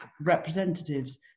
representatives